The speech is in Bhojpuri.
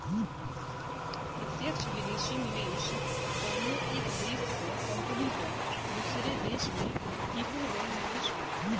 प्रत्यक्ष विदेशी निवेश कउनो एक देश क कंपनी क दूसरे देश में किहल गयल निवेश होला